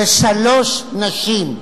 ושלוש נשים.